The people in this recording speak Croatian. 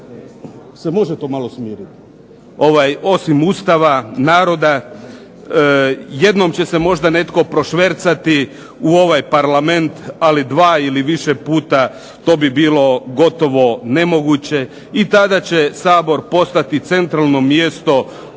se može to malo smiriti?